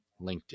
LinkedIn